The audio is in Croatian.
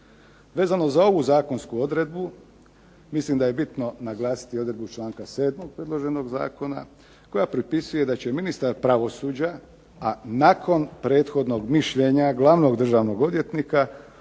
Vezano za ovu zakonsku odredbu mislim da je bitno naglasiti odredbu članka 7. predloženog zakona koja propisuje da će ministar pravosuđa, a nakon prethodnog mišljenja glavnog državnog odvjetnika